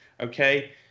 Okay